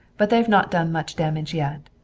but they have not done much damage yet.